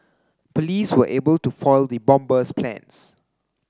police were able to foil the bomber's plans